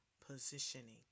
positioning